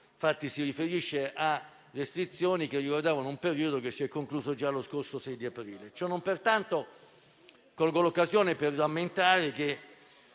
infatti, a restrizioni che ricordano un periodo che si è concluso già lo scorso 6 aprile.